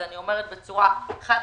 אני אומרת בצורה חד-משמעית.